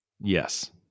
Yes